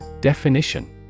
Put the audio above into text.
Definition